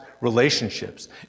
relationships